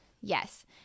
Yes